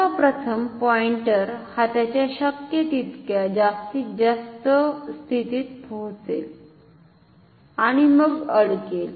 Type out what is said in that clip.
सर्व प्रथम पॉइंटर हा त्याच्या शक्य तितक्या जास्त स्थितीत पोहोचेल आणि मग अडकेल